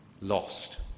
lost